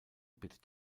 bittet